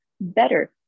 better